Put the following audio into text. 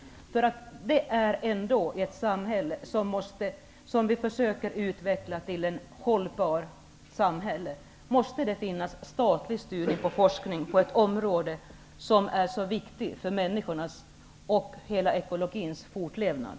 Vi försöker ändå att få vårt samhälle att utvecklas på ett hållbart sätt. Det måste finnas en statlig styrning på det område som är så viktigt för människorna och ekologins fortlevnad.